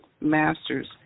masters